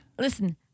Listen